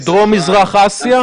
בדרום מזרח אסיה?